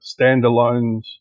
standalones